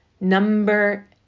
Number